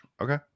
Okay